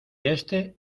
este